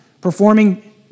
performing